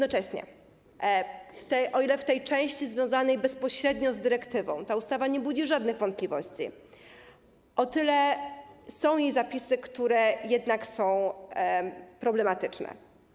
O ile w tej części związanej bezpośrednio z dyrektywą ta ustawa nie budzi żadnych wątpliwości, o tyle są jej zapisy, które jednak są problematyczne.